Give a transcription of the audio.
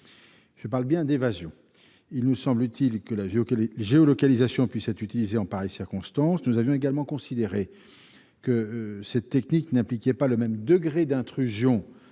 Je parle bien d'évasions. Il nous semble en effet utile que la géolocalisation puisse être utilisée en pareille circonstance. Nous avions également considéré que cette technique n'impliquait pas le même degré d'intrusion